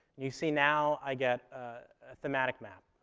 you see now i get a thematic map,